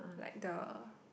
like the